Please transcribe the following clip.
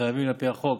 חייבים, על פי החוק,